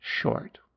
short